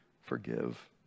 forgive